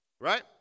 right